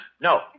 No